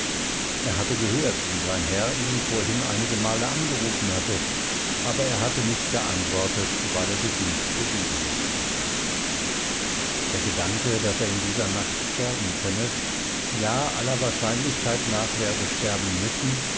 er hatte gehört wie sein herr ihn vorhin einige male angerufen hatte aber er hatte nicht geantwortet weil er sich nicht bewegen mochte der gedanke daß er in dieser nacht sterben könne ja aller wahrscheinlichkeit nach werde sterben müssen